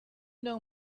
know